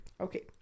okay